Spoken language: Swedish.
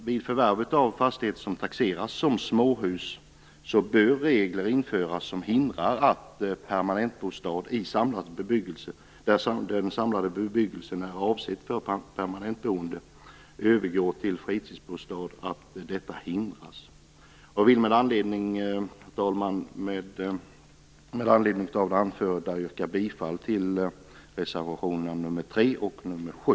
Vid förvärv av fastighet som taxeras som småhus bör regler införas som hindrar att permanentbostad i samlad bebyggelse, där den samlade bebyggelsen är avsedd för permanentboende, övergår till fritidsbostad. Med anledning av det anförda yrkar jag bifall till reservationerna nr 3 och nr 7.